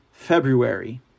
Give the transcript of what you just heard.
February